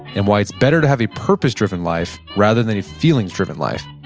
and why it's better to have a purpose-driven life, rather than a feelings-driven life.